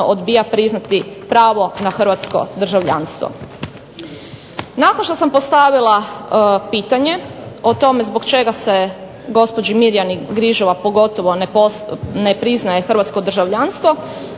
odbija priznati pravo na Hrvatsko državljanstvo. Nakon što sam postavila pitanje o tome zbog čega se gospođi Mirjani Grižova ne priznaje hrvatsko državljanstvo